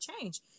change